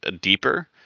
deeper